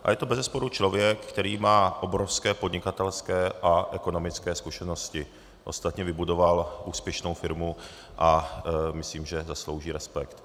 Je to bezesporu člověk, který má obrovské podnikatelské a ekonomické zkušenosti, ostatně vybudoval úspěšnou firmu a myslím, že zaslouží respekt.